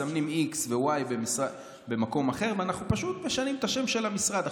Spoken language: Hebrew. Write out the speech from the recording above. מסמנים x ו-y במקום אחר ואנחנו פשוט משנים את השם של המשרד.